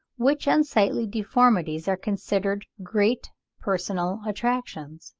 which unsightly deformities are considered great personal attractions